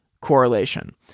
correlation